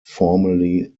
formally